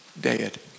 dead